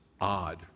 odd